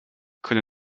could